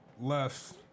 left